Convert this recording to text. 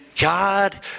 God